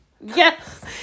Yes